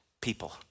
people